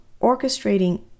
orchestrating